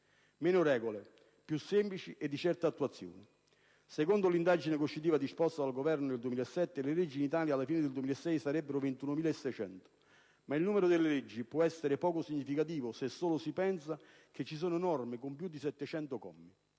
meno regole, più semplici e di certa attuazione. Secondo l'indagine conoscitiva disposta dal Governo nel 2007 le leggi in Italia alla fine del 2006 sarebbero 21.600, ma il numero delle leggi può essere poco significativo se solo si pensa che ci sono norme con più di 700 commi;